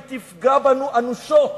היא תפגע בנו קשות,